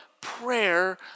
prayer